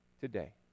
today